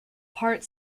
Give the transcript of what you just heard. part